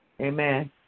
Amen